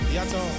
Yato